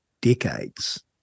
decades